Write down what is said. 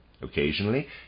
Occasionally